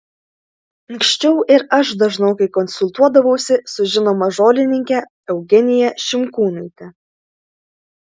anksčiau ir aš dažnokai konsultuodavausi su žinoma žolininke eugenija šimkūnaite